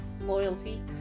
loyalty